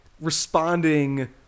responding